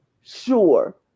Sure